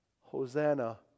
Hosanna